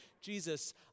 Jesus